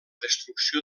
destrucció